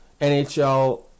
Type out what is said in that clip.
NHL